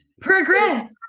Progress